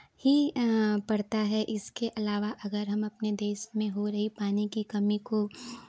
ही पड़ता है इसके अलावा अगर हम अपने देश में हो रहे पानी की कमी को